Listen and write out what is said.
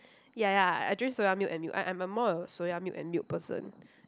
ya ya I drink soya milk and milk I I'm a more a soya milk and milk person